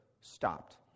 stopped